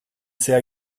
sehr